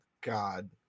God